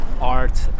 art